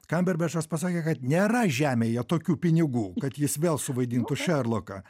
kamberbečas pasakė kad nėra žemėje tokių pinigų kad jis vėl suvaidintų šerloką